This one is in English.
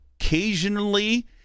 occasionally